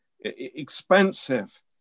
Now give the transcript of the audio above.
expensive